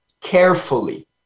carefully